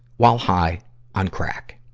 while high on crack.